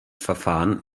verfahren